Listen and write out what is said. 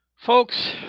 Folks